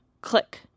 Click